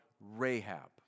Rahab